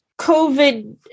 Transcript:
COVID